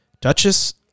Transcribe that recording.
Duchess